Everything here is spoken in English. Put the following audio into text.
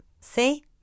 See